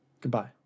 goodbye